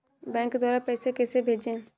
Bank द्वारा पैसे कैसे भेजें?